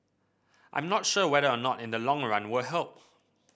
I'm not sure whether or not in the long run will help